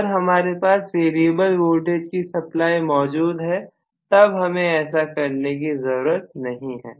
अगर हमारे पास वेरिएबल वोल्टेज की सप्लाई मौजूद है तब हमें ऐसा करने की जरूरत नहीं है